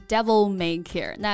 Devil-may-care